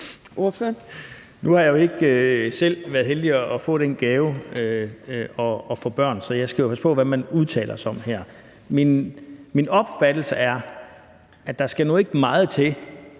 Nu har jeg jo ikke selv været heldig at få den gave at få børn, så jeg skal jo passe på med, hvad jeg udtaler mig om her. Min opfattelse er, at der nu ikke skal meget til,